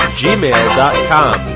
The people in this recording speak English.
gmail.com